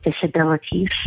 disabilities